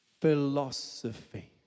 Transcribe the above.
philosophy